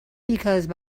because